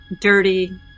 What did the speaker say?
Dirty